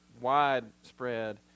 widespread